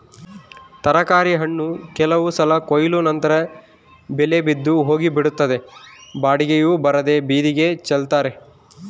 ತರಕಾರಿ ಹಣ್ಣು ಕೆಲವು ಸಲ ಕೊಯ್ಲು ನಂತರ ಬೆಲೆ ಬಿದ್ದು ಹೋಗಿಬಿಡುತ್ತದೆ ಬಾಡಿಗೆಯೂ ಬರದೇ ಬೀದಿಗೆ ಚೆಲ್ತಾರೆ